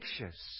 anxious